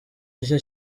icyo